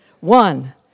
One